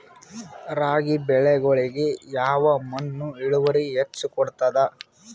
ರಾಗಿ ಬೆಳಿಗೊಳಿಗಿ ಯಾವ ಮಣ್ಣು ಇಳುವರಿ ಹೆಚ್ ಕೊಡ್ತದ?